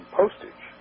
postage